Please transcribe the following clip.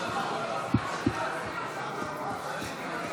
הוראת שעה) (תיקון), התשפ"ה 2024, לקריאה ראשונה.